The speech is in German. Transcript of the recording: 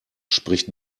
spricht